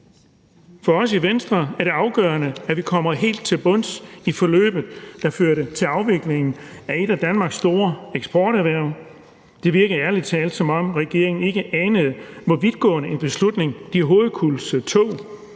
For os i Venstre er det afgørende, at vi kommer helt til bunds i forløbet, der førte til afviklingen af et af Danmarks store eksporterhverv. Det virkede ærlig talt, som om regeringen ikke anede, hvor vidtgående en beslutning de tog hovedkulds uden